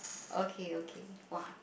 okay okay !wah!